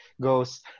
goes